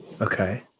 Okay